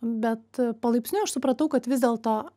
bet palaipsniui aš supratau kad vis dėlto